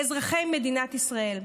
לאזרחי מדינת ישראל.